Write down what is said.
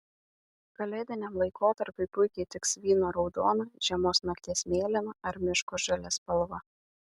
kalėdiniam laikotarpiui puikiai tiks vyno raudona žiemos nakties mėlyna ar miško žalia spalva